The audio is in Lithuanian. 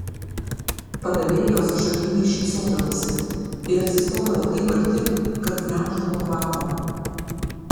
padavėjos žavingai šypsodavosi ir atsistodavo taip arti kad gniauždavo kvapą